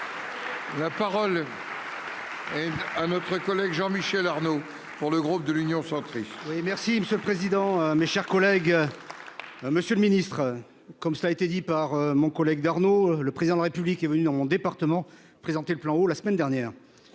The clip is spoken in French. territoires. Un autre collègue Jean Michel Arnaud pour le groupe de l'Union centriste et merci monsieur le président, mes chers collègues. Monsieur le Ministre, comme ça a été dit par mon collègue Arnaud, le président de la République est venu dans mon département présenté le plan au la semaine dernière.